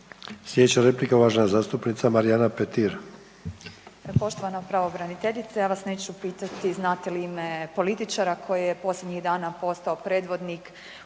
Sljedeća replika uvažena zastupnica Marijana Petir.